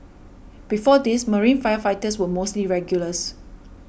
before this marine firefighters were mostly regulars